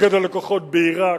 פיקד על הכוחות בעירק,